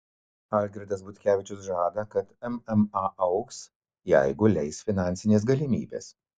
algirdas butkevičius žada kad mma augs jeigu leis finansinės galimybės